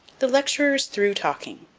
the lecturer is through talking.